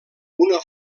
una